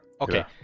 Okay